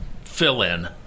fill-in